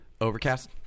Overcast